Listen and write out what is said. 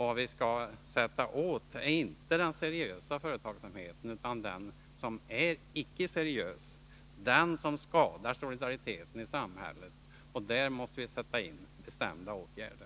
Vad vi skall sätta åt är inte den seriösa företagsamheten utan den icke-seriösa, den som skadar solidariteten i samhället. Där måste det sättas in bestämda åtgärder.